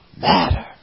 matter